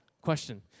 Question